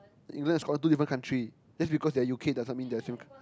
England Scotland two different country just because they are U_K doesn't mean they're same c~